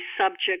subject